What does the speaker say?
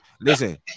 Listen